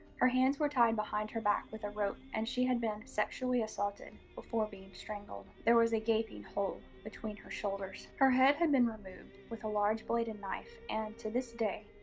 her hands were tied behind her back with a rope, and she had been sexually assaulted before being strangled. there was a gaping hole between her shoulders. her head had been removed with a large bladed knife and, to this day,